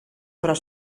però